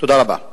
תודה רבה.